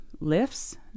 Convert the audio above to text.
lifts